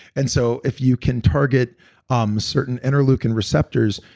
and so if you can target um certain interleukin receptors,